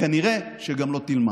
וכנראה שגם לא תלמד.